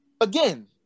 again